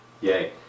Yay